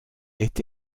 est